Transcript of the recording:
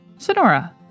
Sonora